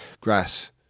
grass